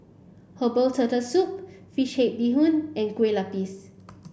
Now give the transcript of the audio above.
herbal turtle soup fish head Bee Hoon and Kueh Lapis